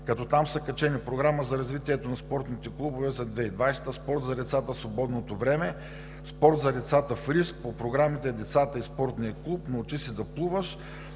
като там са качени: Програма за развитието на спортните клубове за 2020 г., „Спорт за децата в свободното време“, „Спорт за децата в риск“ по програмите „Децата и спортния клуб“, „Научи се да плуваш“,